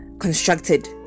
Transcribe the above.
constructed